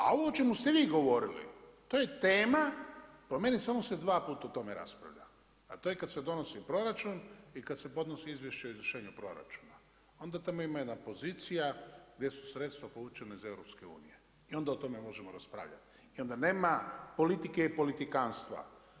A ovo o čemu ste vi govorili, to je tema po meni samo se dva puta o tome raspravlja, a to je kada se donosi proračun i kada se podnosi izvješće o izvršenju proračuna, onda tamo ima jedna pozicija gdje su sredstva povučena iz EU i onda o tome možemo raspravljati i onda nema politike i politikantstva.